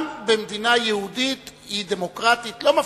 גם במדינה יהודית, היא דמוקרטית, לא מפריעים.